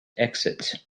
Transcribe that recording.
exit